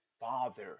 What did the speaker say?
father